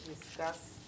discuss